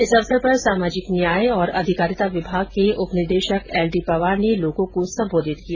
इस अवसर पर सामाजिक न्याय और अधिकारिता विभाग के उप निदेशक एल डी पंवार ने लोगों को संबोधित किया